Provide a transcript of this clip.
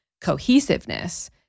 cohesiveness